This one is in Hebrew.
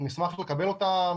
נשמח לקבל אותם,